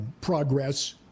progress